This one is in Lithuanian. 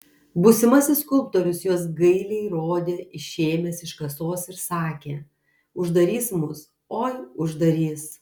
būsimasis skulptorius juos gailiai rodė išėmęs iš kasos ir sakė uždarys mus oi uždarys